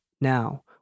now